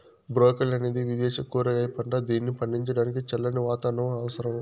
broccoli అనేది విదేశ కూరగాయ పంట, దీనిని పండించడానికి చల్లని వాతావరణం అవసరం